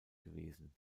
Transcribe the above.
gewesen